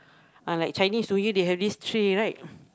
ah like Chinese New Year they have this tree right